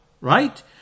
Right